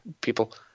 people